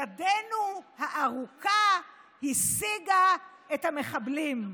ידנו הארוכה השיגה את המחבלים.